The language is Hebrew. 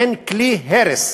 הם כלי הרס.